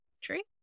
tree